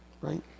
Right